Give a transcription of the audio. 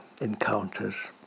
encounters